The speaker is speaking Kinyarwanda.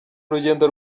urugendo